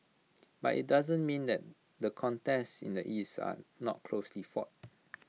but IT doesn't mean that the contests in the east are not closely fought